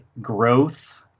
growth